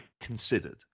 considered